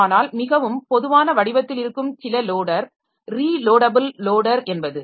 ஆனால் மிகவும் பொதுவான வடிவத்தில் இருக்கும் சில லோடர் ரீலோடபிள் லோடர் என்பது